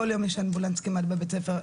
כל יום יש אמבולנס כמעט בבית הספר,